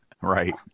right